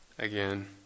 again